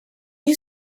you